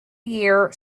year